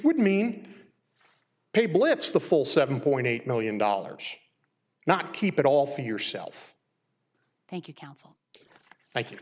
would mean pay blitz the full seven point eight million dollars not keep it all for yourself thank you counsel